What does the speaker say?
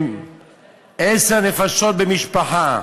הם עשר נפשות במשפחה,